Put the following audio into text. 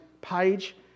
page